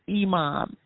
imam